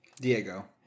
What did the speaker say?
Diego